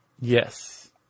Yes